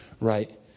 right